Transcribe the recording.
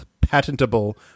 patentable